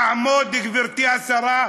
גברתי השרה,